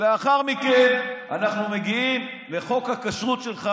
ולאחר מכן אנחנו מגיעים לחוק הכשרות שלך,